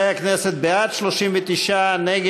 התשע"ז 2017,